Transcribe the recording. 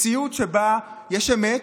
מציאות שבה יש אמת,